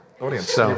audience